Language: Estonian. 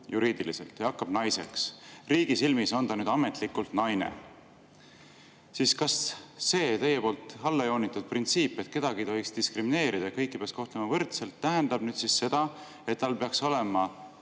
juriidiliselt sugu ja hakkab naiseks, riigi silmis on ta ametlikult naine, siis kas teie allajoonitud printsiip, et kedagi ei tohiks diskrimineerida, kõiki peaks kohtlema võrdselt, tähendab seda, et tal peaks olema